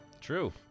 true